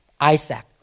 Isaac